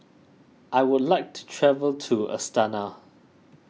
I would like to travel to Astana